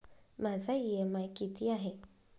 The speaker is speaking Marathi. माझा इ.एम.आय किती आहे?